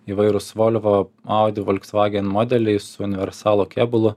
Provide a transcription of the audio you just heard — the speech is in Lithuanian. įvairūs volvo audi volkswagen modeliai su universalo kėbulu